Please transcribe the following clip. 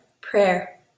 prayer